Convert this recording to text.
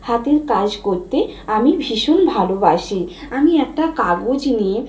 হাতের কাজ করতে আমি ভীষণ ভালোবাসি আমি একটা কাগজ নিয়ে